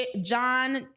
John